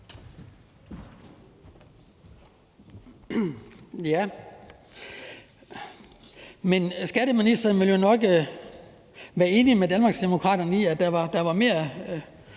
(DD): Skatteministeren vil jo nok være enig med Danmarksdemokraterne i, at der var mere